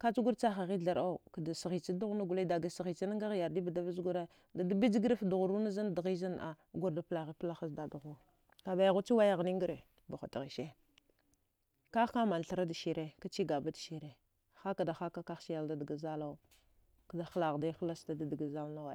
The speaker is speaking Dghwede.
chagur chahaghi tharəau kadasghich daghna gole daga sghichana ngharyardi bdavazgura dida bijgraf dughruwana zan dghizanna. a gurda plaghi pla hazdadghuwa kabaighuche wayaghnin ngre buha tghise kaghka manthrad sire kachigabadsire hakada haka kaghselda dga zalau kda hlaghdi hlasta dadgha zalnau